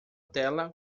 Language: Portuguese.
tela